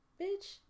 bitch